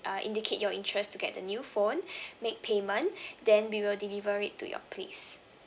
uh indicate your interest to get the new phone make payment then we will deliver it to your place